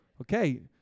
Okay